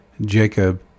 Jacob